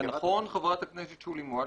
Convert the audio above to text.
זה נכון, חברת הכנסת שולי מועלם-רפאלי,